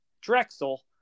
Drexel